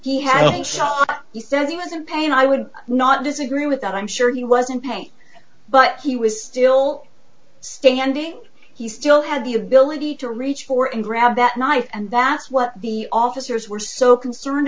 in pain i would not disagree with that i'm sure he wasn't pain but he was still standing he still had the ability to reach for and grab that knife and that's what the officers were so concerned